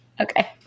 Okay